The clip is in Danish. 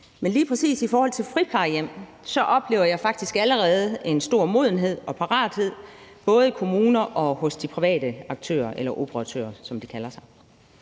Men lige præcis i forhold til friplejehjem oplever jeg faktisk allerede en stor modenhed og parathed, både i kommuner og hos de private aktører eller operatører, som de kalder sig.